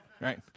right